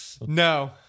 No